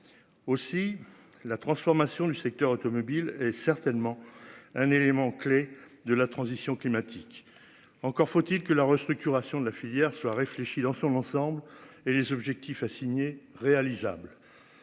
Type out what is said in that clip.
Aussi la transformation du secteur automobile est certainement un élément clé de la transition climatique. Encore faut-il que la restructuration de la filière soit réfléchi dans son ensemble et les objectifs assignés réalisable.